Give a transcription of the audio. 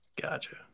Gotcha